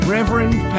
Reverend